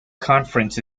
conference